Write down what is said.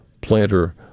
planter